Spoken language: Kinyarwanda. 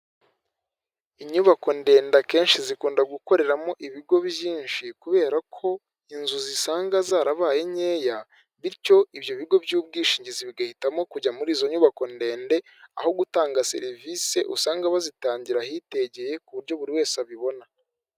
Inyubako ndende akenshi zikunda gukoreramo ibigo byinshi kubera ko inzu zisanga zarabaye nkeya bityo ibyo bigo by'ubwishingizi bigahitamo kujya muri izo nyubako ndende aho gutanga serivisi usanga bazitangira ahitegeye ku buryo buri wese abibona.